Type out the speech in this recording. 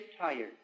tired